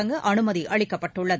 தொடங்க அனுமதி அளிக்கப்பட்டுள்ளது